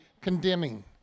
condemning